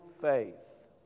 faith